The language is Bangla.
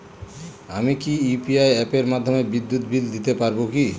আমি কি ইউ.পি.আই অ্যাপের মাধ্যমে বিদ্যুৎ বিল দিতে পারবো কি?